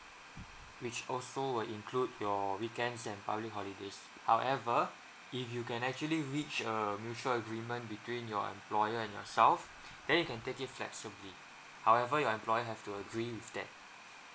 which also will include your weekends and public holidays however if you can actually reach a mutual agreement between your employer and yourself then you can take it flexibly however your employ have to agree with that